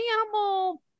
animal